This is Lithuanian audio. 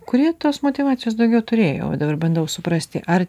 kurie tos motyvacijos daugiau turėjo va dabar bandau suprasti ar